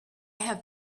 have